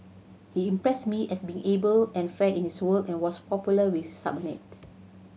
he impressed me as being able and fair in his work and was popular with subordinate